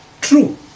True